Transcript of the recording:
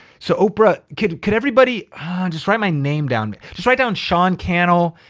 so oprah, could could everybody just write my name down? just write down sean cannell.